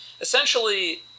essentially